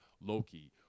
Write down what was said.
Loki